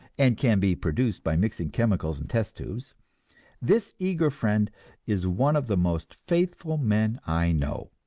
and can be produced by mixing chemicals in test-tubes this eager friend is one of the most faithful men i know.